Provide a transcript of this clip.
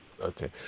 Okay